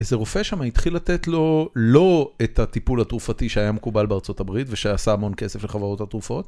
איזה רופא שם התחיל לתת לו לא את הטיפול התרופתי שהיה מקובל בארצות הברית ושעשה המון כסף לחברות התרופות..